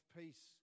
peace